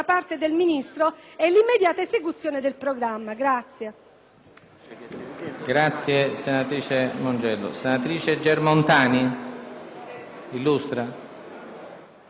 Ministro e l'immediata esecuzione del programma.